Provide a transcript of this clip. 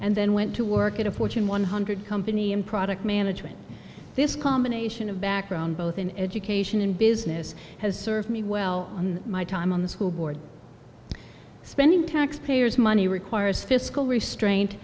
and then went to work at a fortune one hundred company and product management this combination of background both in education and business has served me well on my time on the school board spending taxpayers money requires fiscal restraint